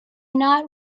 not